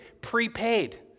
prepaid